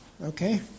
okay